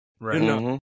right